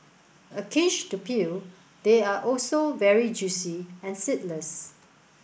a cinch to peel they are also very juicy and seedless